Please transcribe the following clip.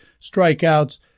strikeouts